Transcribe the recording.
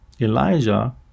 Elijah